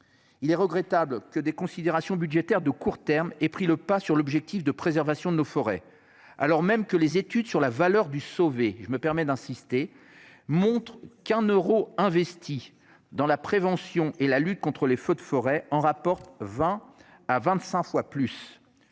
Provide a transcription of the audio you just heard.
Il est regrettable que des considérations budgétaires de court terme et pris le pas sur l'objectif de préservation de nos forêts, alors même que les études sur la valeur du sauvé. Je me permets d'insister, montre qu'un euro investi dans la prévention et la lutte contre les feux de forêt en rapporte 20 à 25 fois plus.